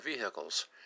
vehicles